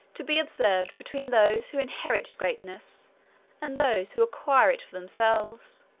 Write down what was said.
to be observed between those who inherit greatness and those who acquire it for themselves.